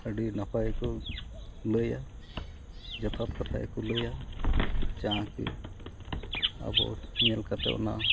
ᱟᱹᱰᱤ ᱱᱟᱯᱟᱭ ᱠᱚ ᱞᱟᱹᱭᱟ ᱡᱚᱛᱷᱟᱛ ᱠᱟᱛᱷᱟ ᱜᱮᱠᱚ ᱞᱟᱹᱭᱟ ᱡᱟᱦᱟᱸ ᱠᱤ ᱟᱵᱚ ᱧᱮᱞ ᱠᱟᱛᱮᱫ ᱚᱱᱟ